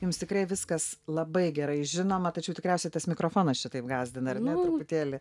jums tikrai viskas labai gerai žinoma tačiau tikriausiai tas mikrofonas čia taip gąsdina ar ne truputėlį